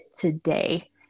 today